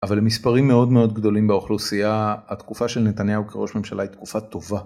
אבל למספרים מאוד מאוד גדולים באוכלוסייה התקופה של נתניהו כראש ממשלה היא תקופה טובה.